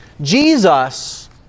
Jesus